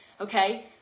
okay